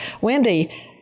Wendy